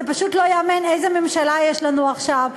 זה פשוט לא ייאמן איזו ממשלה יש לנו עכשיו,